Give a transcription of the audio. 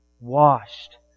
Washed